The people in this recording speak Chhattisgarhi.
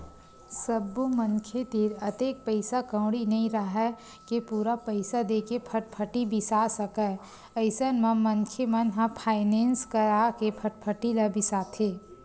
सब्बो मनखे तीर अतेक पइसा कउड़ी नइ राहय के पूरा पइसा देके फटफटी बिसा सकय अइसन म मनखे मन ह फायनेंस करा के फटफटी ल बिसाथे